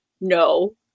no